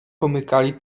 pomykali